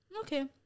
Okay